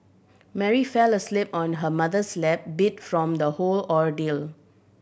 Mary fell asleep on her mother's lap beat from the whole ordeal